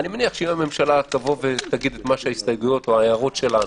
אני מניח שאם הממשלה תבוא ותגיד את מה שההסתייגויות או ההערות שלנו,